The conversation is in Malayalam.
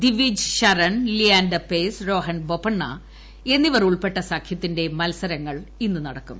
ദിവിജ് ശരൺ ലിയാണ്ടർ പയസ് രോഹൺ ബൊപ്പണ്ണ എന്നിവർ ഉൾപ്പെട്ട സഖ്യത്തിന്റെ മത്സരങ്ങൾ ഇന്ന് നടക്കും